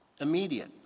Immediate